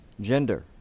Gender